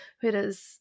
whereas